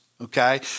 okay